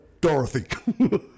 Dorothy